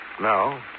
No